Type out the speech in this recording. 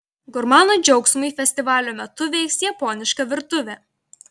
gurmanų džiaugsmui festivalio metu veiks japoniška virtuvė